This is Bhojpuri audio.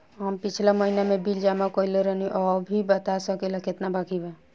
हम पिछला महीना में बिल जमा कइले रनि अभी बता सकेला केतना बाकि बा?